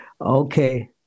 Okay